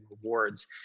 rewards